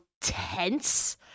tense